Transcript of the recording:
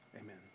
Amen